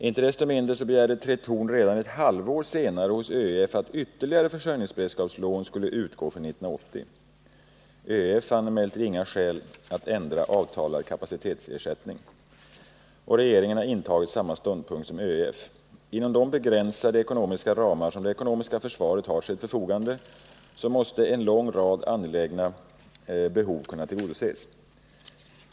Inte desto mindre begärde Tretorn redan ett halvår senare hos ÖEF att ytterligare försörjningsberedskapslån skulle utgå för år 1980. ÖEF fann emellertid inga skäl att ändra avtalad kapacitetsersättning. Regeringen har intagit samma ståndpunkt som ÖEF. Inom de begränsade ekonomiska ramar som det ekonomiska försvaret har till sitt förfogande måste en lång rad angelägna behov kunna tillgodoses.